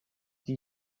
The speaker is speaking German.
die